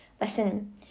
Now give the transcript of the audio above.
listen